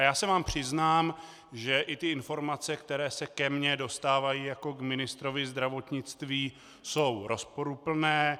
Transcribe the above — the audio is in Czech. Já se vám přiznám, že i ty informace, které se ke mně dostávají jako k ministrovi zdravotnictví, jsou rozporuplné.